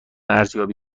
ارزیابی